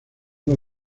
los